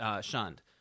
shunned